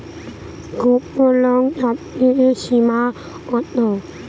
গ্রুপলোনের সর্বোচ্চ সীমা কত?